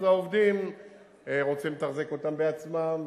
אז העובדים רוצים לתחזק אותם בעצמם,